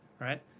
Right